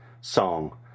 song